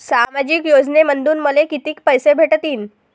सामाजिक योजनेमंधून मले कितीक पैसे भेटतीनं?